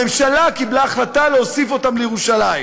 הממשלה קיבלה החלטה להוסיף אותם לירושלים,